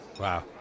Wow